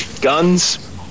guns